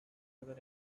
other